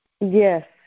Yes